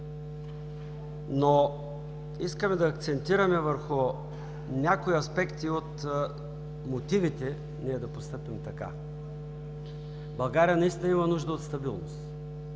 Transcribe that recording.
но искам да акцентирам върху някои аспекти от мотивите ни да постъпим така. България наистина има нужда от стабилност,